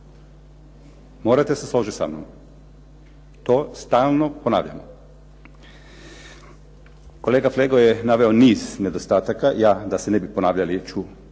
Morate se složiti sa mnom, to stalno ponavljamo. Kolega Flego je naveo niz nedostataka. Ja da se ne bi ponavljali